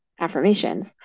affirmations